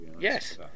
Yes